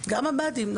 מב"דים.